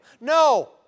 No